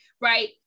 right